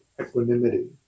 equanimity